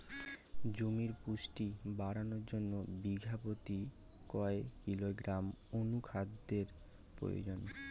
জমির পুষ্টি বাড়ানোর জন্য বিঘা প্রতি কয় কিলোগ্রাম অণু খাদ্যের প্রয়োজন?